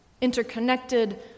interconnected